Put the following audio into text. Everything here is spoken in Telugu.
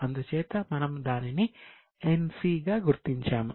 అందుచేత మనము దానిని NC గా గుర్తించాము